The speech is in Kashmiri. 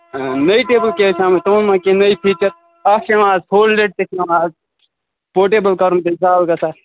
آ نٔے ٹیبُل کیٛاہ چھِ آمٕتۍ تِمَن ما کیٚنٛہہ نٔے فیٖچَر اَکھ چھِ یِوان اَز فولڈِڈ تہِ چھِ یِوان اَز پوٹیبُل کَرُن تہِ چھُ سہل گَژھان